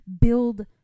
build